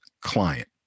client